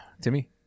Timmy